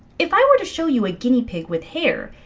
if i were to show you a guinea pig with hair,